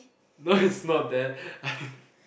no it's not that I